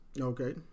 Okay